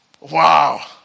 Wow